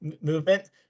movement